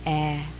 air